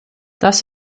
das